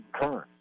current